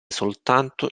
soltanto